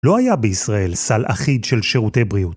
לא היה בישראל סל אחיד של שירותי בריאות.